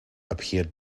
appeared